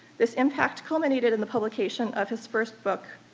this impact culminated in the publication of his first book,